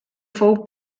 fou